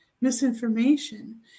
misinformation